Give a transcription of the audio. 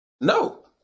No